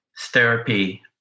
therapy